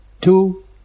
two